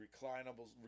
reclinable